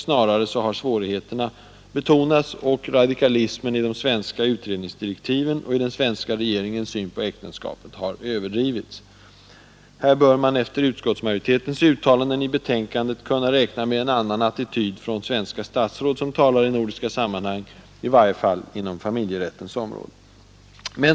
Snarare har svårigheterna betonats och radikalismen i de svenska utredningsdirektiven och den svenska regeringens syn på äktenskapet överdrivits. Här bör man efter utskottsmajoritetens uttalande i betänkandet kunna räkna med en annan attityd från svenska statsråd som talar i nordiska sammanhang — i varje fall inom familjerättens område.